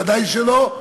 ודאי שלא,